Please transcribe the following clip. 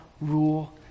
rule